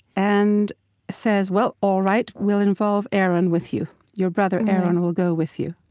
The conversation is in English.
and says, well, all right. we'll involve aaron with you. your brother aaron will go with you